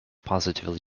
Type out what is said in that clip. positively